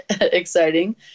exciting